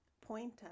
point